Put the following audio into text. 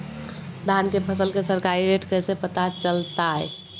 धान के फसल के सरकारी रेट कैसे पता चलताय?